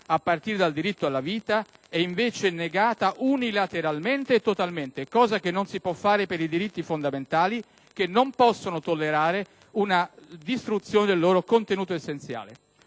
a partire dal diritto alla vita, è invece negata unilateralmente e totalmente. Questa cosa non si può fare per i diritti fondamentali, che non possono tollerare una distruzione del loro contenuto essenziale.